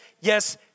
yes